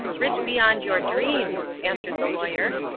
rich beyond your dreams, answered the lawyer.